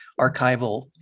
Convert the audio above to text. archival